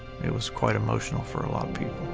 it was quite emotional for a lot of people.